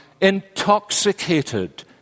intoxicated